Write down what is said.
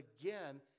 again